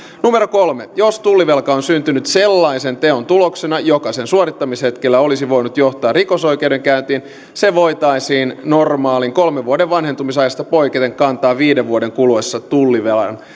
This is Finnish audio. kolme jos tullivelka on syntynyt sellaisen teon tuloksena joka sen suorittamishetkellä olisi voinut johtaa rikosoikeudenkäyntiin se voitaisiin normaalin kolmen vuoden vanhentumisajasta poiketen kantaa viiden vuoden kuluessa tullivelan